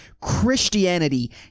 Christianity